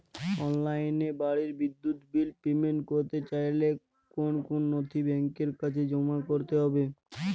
অনলাইনে বাড়ির বিদ্যুৎ বিল পেমেন্ট করতে চাইলে কোন কোন নথি ব্যাংকের কাছে জমা করতে হবে?